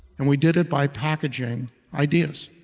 and we did it by packaging ideas.